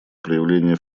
проявление